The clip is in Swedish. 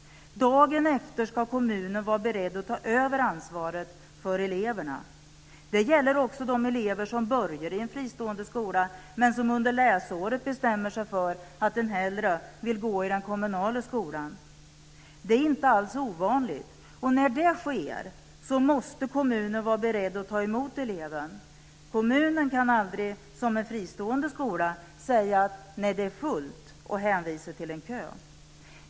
Dagen efter ska kommunen vara beredd att ta över ansvaret för eleverna. Det gäller också de elever som börjar i en fristående skola men som under läsåret bestämmer sig för att de hellre vill gå i den kommunala skolan. Det är inte alls ovanligt, och när det sker måste kommunen vara beredd att ta emot eleven. Kommunen kan aldrig, som en fristående skola, säga att det är fullt och hänvisa till en kö.